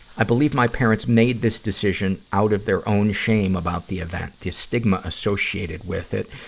i believe my parents made this decision out of their own shame about the event, the stigma associated with it,